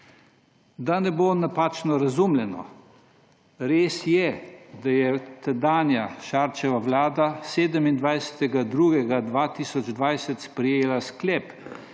Da ne bo napačno razumljeno, res je, da je tedanja Šarčeva vlada 27. 2. 2020 sprejela sklep,